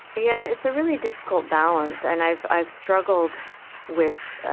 yeah. it's a really difficult balance. and i've, i've struggled with